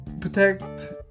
protect